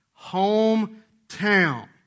Hometown